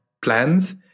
plans